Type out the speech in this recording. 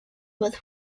with